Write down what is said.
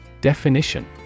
Definition